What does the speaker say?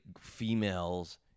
females